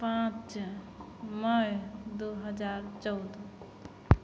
पाँच मइ दुइ हजार चौदह